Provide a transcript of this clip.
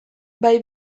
bai